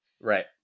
Right